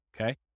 Okay